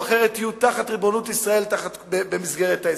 אחרת יהיו תחת ריבונות ישראל במסגרת ההסכם.